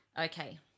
Okay